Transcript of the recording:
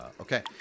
Okay